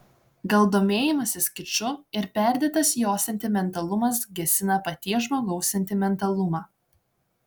gal domėjimasis kiču ir perdėtas jo sentimentalumas gesina paties žmogaus sentimentalumą